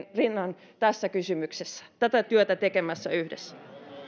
rinnan tässä kysymyksessä tätä työtä tekemässä yhdessä